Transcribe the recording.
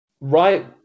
Right